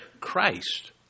Christ